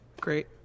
great